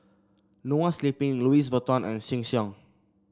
Noa Sleep Louis Vuitton and Sheng Siong